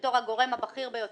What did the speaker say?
בתור הגורם הבכיר ביותר,